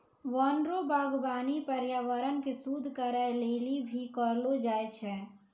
वन रो वागबानी पर्यावरण के शुद्ध करै लेली भी करलो जाय छै